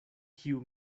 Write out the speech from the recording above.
kiu